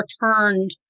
returned